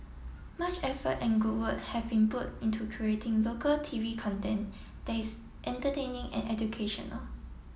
much effort and good work have been put into creating local T V content that's entertaining and educational